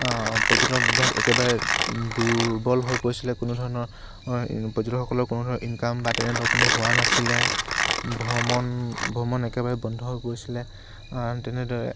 পৰ্যটনক বিভাগ একেবাৰে দূৰ্বল হৈ পৰিছিলে কোনো ধৰণৰ পৰ্যটকসকলৰ কোনো ধৰণৰ ইনকাম বা তেনেধৰণ কোনো হোৱা নাছিলে ভ্ৰমণ ভ্ৰমণ একেবাৰে বন্ধ হৈ পৰিছিলে তেনেদৰে